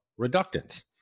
reductants